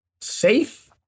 safe